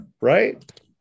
Right